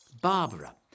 Barbara